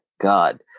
God